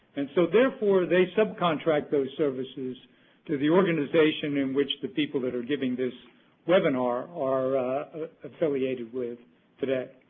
and so, therefore, they subcontract those services to the organization in which the people that are giving this webinar are affiliated with today.